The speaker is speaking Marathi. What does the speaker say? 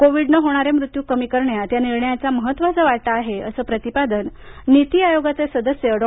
कोविडनं होणारे मृत्यू कमी करण्यात या निर्णयाचा महत्त्वाचा वाटा आहे असं प्रतिपादन नीती आयोगाचे सदस्य दो